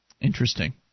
Interesting